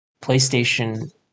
PlayStation